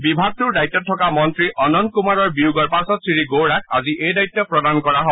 বিভাগটোৰ দায়িত্বত থকা মন্ত্ৰী অনন্ত কুমাৰৰ বিয়োগৰ পাছত শ্ৰী গৌড়াক আজি এই দায়িত্ব প্ৰদান কৰা হয়